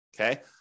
okay